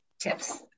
tips